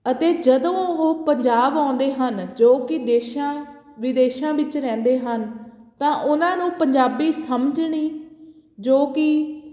ਅਤੇ ਜਦੋਂ ਉਹ ਪੰਜਾਬ ਆਉਂਦੇ ਹਨ ਜੋ ਕਿ ਦੇਸ਼ਾਂ ਵਿਦੇਸ਼ਾਂ ਵਿੱਚ ਰਹਿੰਦੇ ਹਨ ਤਾਂ ਉਹਨਾਂ ਨੂੰ ਪੰਜਾਬੀ ਸਮਝਣੀ ਜੋ ਕੀ